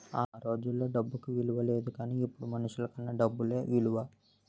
ఆ రోజుల్లో డబ్బుకి ఇలువ లేదు గానీ ఇప్పుడు మనుషులకన్నా డబ్బుకే ఇలువ